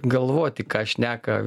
galvoti ką šneka